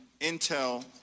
Intel